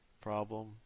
Problem